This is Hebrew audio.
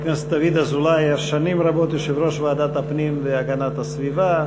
חבר הכנסת דוד אזולאי היה שנים רבות יושב-ראש ועדת הפנים והגנת הסביבה,